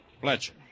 Fletcher